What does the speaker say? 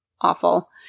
awful